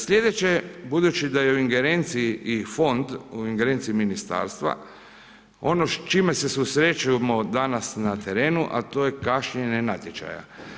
Sljedeće budući da je u ingerenciji i fond u ingerenciji ministarstva, ono s čime se susrećemo danas na terenu, a to je kašnjenje natječaja.